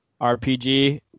RPG